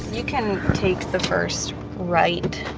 you can take the first right,